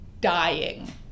dying